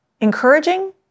encouraging